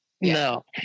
No